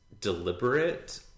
deliberate